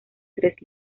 tres